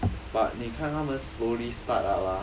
but 你看他们 slowly start up ah